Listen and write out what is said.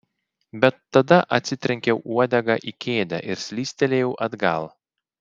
bet tada atsitrenkiau uodega į kėdę ir slystelėjau atgal